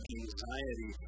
anxiety